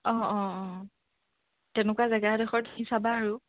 অঁ অঁ অঁ তেনেকুৱা জেগা এডোখৰ চাবা আৰু